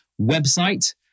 website